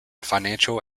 financial